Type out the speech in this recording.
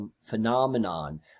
phenomenon